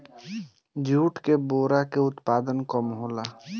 jute के बोरा के उत्पादन कम होला